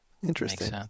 Interesting